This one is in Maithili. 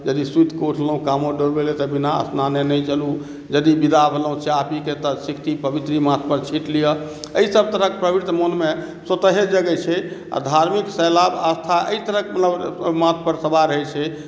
यदि सुइत कऽ उठलहुॅं काँवर डोलबे तऽ बिना स्नाने नहि केलहुॅं यदि विदा भेलहुॅं चाह पी कऽ तऽ सिकती पवित्री माथ पर छींट लिअ एहि सब तरहक प्रवृत मन मे स्वतः जगै छै आ धार्मिक शैलाब आस्था एहि तरहक माथ पर सवार रहै छै